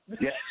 Yes